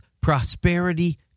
prosperity